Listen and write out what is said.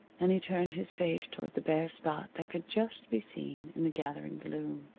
and he turned his face toward the bare spot that could just be seen in the gathering gloom.